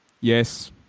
Yes